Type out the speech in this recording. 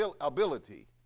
ability